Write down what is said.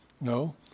No